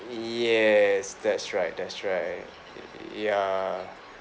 yes that's right that's right yeah